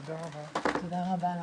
תודה על נוכחותך.